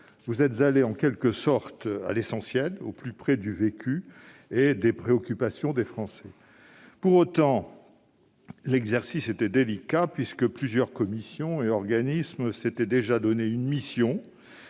vous êtes en quelque sorte allés à l'essentiel, au plus près du vécu et des préoccupations des Français. Pour autant, l'exercice était délicat, puisque plusieurs commissions et organismes s'étaient déjà donné une mission